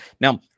now